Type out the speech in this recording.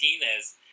martinez